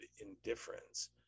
indifference